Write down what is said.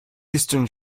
eastern